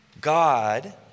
God